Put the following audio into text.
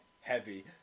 heavy